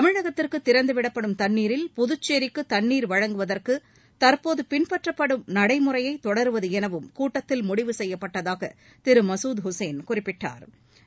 தமிழகத்திற்கு திறந்துவிடப்படும் தண்ணீரில் புதுச்சேிக்கு தண்ணீர் வழங்குவதற்கு தற்போது பின்பற்றப்படும் நடைமுறையை தொடருவது எனவும் கூட்டத்தில் முடிவு செய்யப்பட்டதாக திரு மசூத் உசேன் குறிப்பிட்டாா்